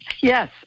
yes